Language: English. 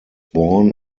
born